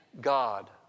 God